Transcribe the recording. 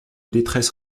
détresse